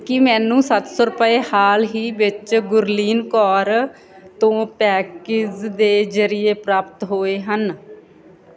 ਕੀ ਮੈਨੂੰ ਸੱਤ ਸੌ ਰੁਪਏ ਹਾਲ ਹੀ ਵਿੱਚ ਗੁਰਲੀਨ ਕੌਰ ਤੋਂ ਪੈਕੇਜ ਦੇ ਜਰੀਏ ਪ੍ਰਾਪਤ ਹੋਏ ਹਨ